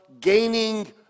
gaining